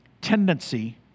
tendency